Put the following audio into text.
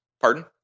pardon